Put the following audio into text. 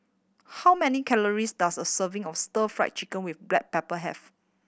how many calories does a serving of Stir Fried Chicken with black pepper have